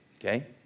Okay